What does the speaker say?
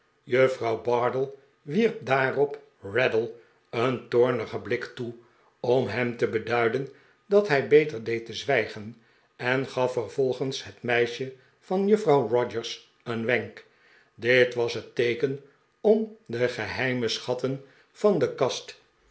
juffrouw bardell wierp daarop raddle een toornigen blik toe om hem te beduiden dat hij beter deed te zwijgen en gaf vervolgens het meisje van juffrouw rogers een wenk dit was het teeken om de geheime schatten van de kast